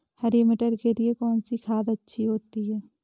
हरी मटर के लिए कौन सी खाद अच्छी होती है?